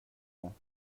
ans